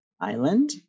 Island